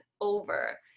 over